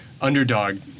underdog